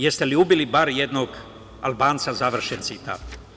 Jeste li ubili bar jednog Albanca?“ Završen citat.